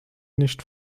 nicht